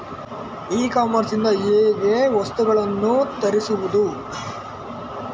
E commerce ಇಂದ ಹೇಗೆ ವಸ್ತುಗಳನ್ನು ತರಿಸುವುದು?